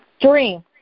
Dream